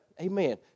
Amen